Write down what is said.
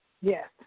yes